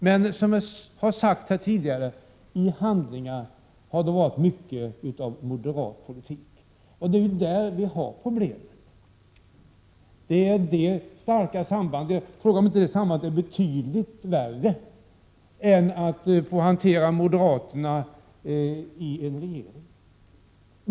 Som tidigare här har sagts har det dock i handling varit fråga om mycket av moderat politik, och det är där som problemet ligger. Frågan är om inte detta starka samband är av betydligt värre art än den situation som man befinner sig i när man skall hantera moderaterna i en regering.